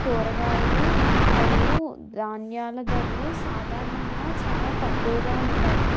కూరగాయలు మరియు ధాన్యాల ధరలు సాధారణంగా చాలా తక్కువగా ఉంటాయి